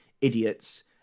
idiots